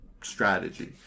strategy